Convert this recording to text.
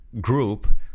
group